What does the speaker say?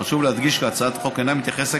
חשוב להדגיש כי הצעת החוק אינה מתייחסת